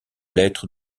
lettres